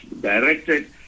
directed